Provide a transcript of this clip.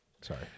Sorry